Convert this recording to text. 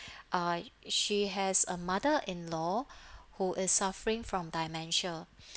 uh she has a mother-in-law who is suffering from dementia